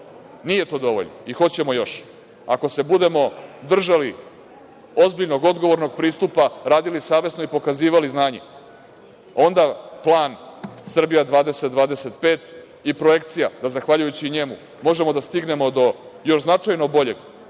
nije to dovoljno i hoćemo još. Ako se budemo držali ozbiljnog, odgovornog pristupa, radili savesno i pokazivali znanje, onda plan Srbija 20–25 i projekcija da zahvaljujući njemu možemo da stignemo do još značajno boljeg